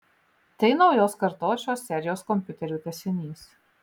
tai naujos kartos šios serijos kompiuterių tęsinys